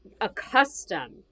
accustomed